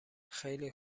خیله